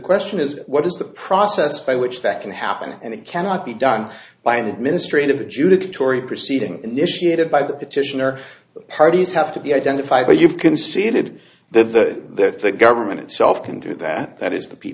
question is what is the process by which that can happen and it cannot be done by an administrative adjudicatory proceeding initiated by the petitioner the parties have to be identified but you've conceded that the that the government itself can do that that is the p